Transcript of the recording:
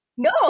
No